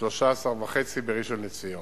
ו-13.5 בראשון-לציון.